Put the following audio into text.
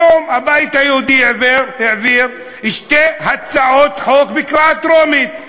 היום הבית היהודי העבירה שתי הצעות חוק בקריאה טרומית.